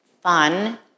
fun